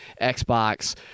Xbox